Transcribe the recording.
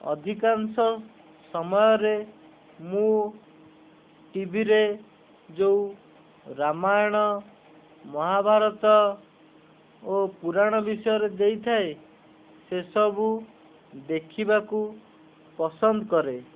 ଅଧିକାଂଶ ସମୟରେ ମୁଁ ଟିଭିରେ ଯେଉଁ ରାମାୟଣ ମହାଭାରତ ଓ ପୂରାଣ ବିଷୟରେ ଦେଇଥାଏ ସେସବୁ ଦେଖିବାକୁ ପସନ୍ଦ କରେ